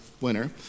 winner